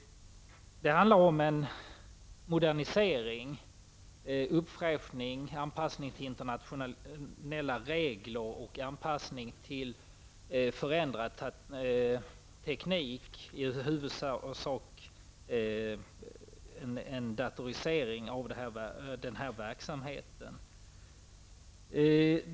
Det handlar alltså om en modernisering, en uppfräschning av verksamheten, en anpassning till internationella regler, anpassning till förändrad teknik, dvs. i huvudsak en datorisering av verksamheten.